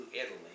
Italy